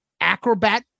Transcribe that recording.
acrobat